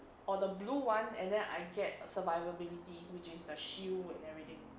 or the blue [one] and then I get survivability which is the shield when everything